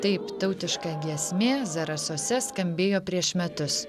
taip tautiška giesmė zarasuose skambėjo prieš metus